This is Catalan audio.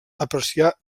apreciar